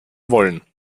wollen